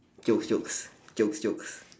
joke jokes jokes jokes